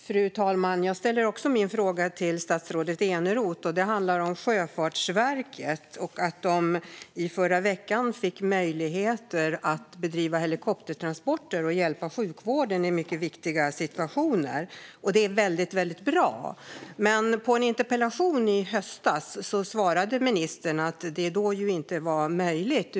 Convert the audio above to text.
Fru talman! Även jag vill ställa en fråga till statsrådet Eneroth. Den handlar om Sjöfartsverket. I förra veckan fick man där möjligheter att bedriva helikoptertransporter och hjälpa sjukvården i mycket viktiga situationer. Det är väldigt bra. Men på en interpellation i höstas svarade ministern att detta då inte var möjligt.